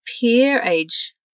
peer-age